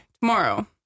tomorrow